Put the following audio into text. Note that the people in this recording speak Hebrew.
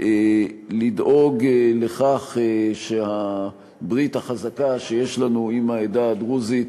לדאוג לכך שהברית החזקה שיש לנו עם העדה הדרוזית